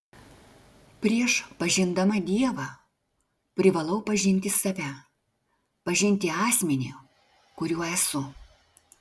prieš pažindama dievą privalau pažinti save pažinti asmenį kuriuo esu